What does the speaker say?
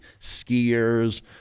skiers